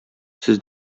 сез